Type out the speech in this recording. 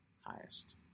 highest